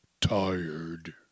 tired